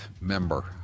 member